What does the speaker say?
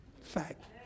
Fact